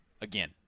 again